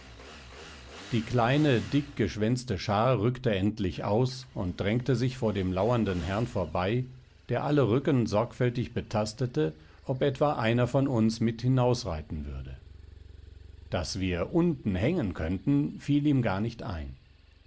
die kleine dickgeschwänzte schar rückte endlich aus und drängte sich vor dem lauernden herrn vorbei der alle rücken sorgfältig betastete ob etwa einer von uns mit hinausreiten würde daß wir unten hängen könnten fiel ihm gar nicht ein